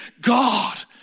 God